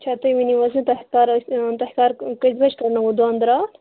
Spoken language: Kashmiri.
اَچھا تُہۍ ؤنِو حظ تُہۍ کَر تۅہہِ کَر کٔژِ بَجہِ کَڈنووٕ دَنٛد راتھ